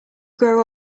grow